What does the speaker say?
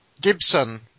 Gibson